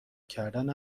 کردن